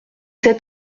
cet